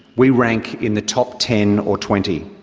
we rank in the top ten or twenty.